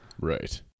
Right